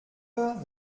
pas